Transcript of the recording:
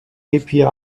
api